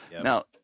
now